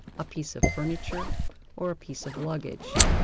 a piece of furniture or a piece of luggage,